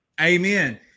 Amen